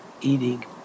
eating